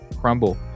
crumble